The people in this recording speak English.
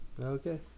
Okay